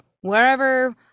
wherever